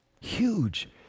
Huge